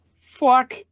fuck